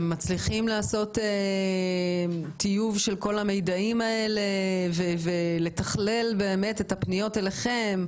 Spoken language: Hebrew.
מצליחים לעשות טיוב של כל המידע הזה ולתכלל את הפניות אליכם,